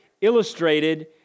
illustrated